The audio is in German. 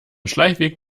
schleichweg